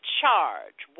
charge